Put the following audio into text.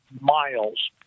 miles